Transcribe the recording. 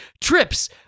trips